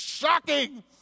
Shocking